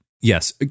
Yes